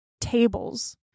tables